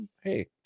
Hey